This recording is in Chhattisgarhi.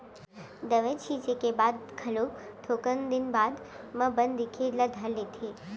दवई छींचे के बाद घलो थोकन दिन बाद म बन दिखे ल धर लेथे